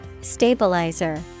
Stabilizer